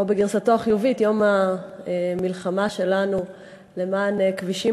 או בגרסתו החיובית: יום המלחמה שלנו למען כבישים